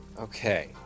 Okay